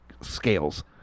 scales